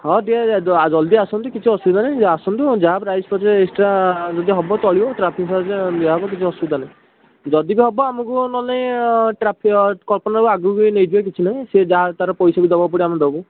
ହଁ ଟିକେ ଜଲ୍ଦି ଆସନ୍ତୁ କିଛି ଅସୁବିଧା ନାହିଁ ଆସନ୍ତୁ ଯାହା ପ୍ରାଇସ୍ କରିବେ ଏକ୍ସଟ୍ରା ଯଦି ହବ ଚଳିବ ଟ୍ରାଫିକ୍ ଅସୁବିଧା ନାହିଁ ଯଦି ବି ହବ ଆମକୁ ନହେଲେ ନାହିଁ ଟ୍ରାଫିକ୍ କଳ୍ପନାର ଆଗକୁ ନେଇ ଯିବେ କିଛି ନାହିଁ ସେ ଯାହା ତା'ର ପଇସା ବି ଦେବାକୁ ପଡ଼ିବ ଦେବୁ